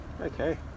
Okay